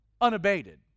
unabated